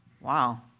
Wow